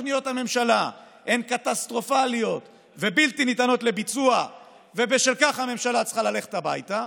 הן קטסטרופליות ובלתי ניתנות לביצוע ובשל כך הממשלה צריכה ללכת הביתה,